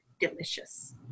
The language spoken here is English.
delicious